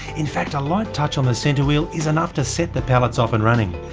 in fact a light touch on the center wheel is enough to set the pallets off and running,